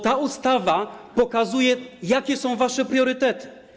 Ta ustawa pokazuje, jakie są wasze priorytety.